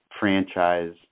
Franchise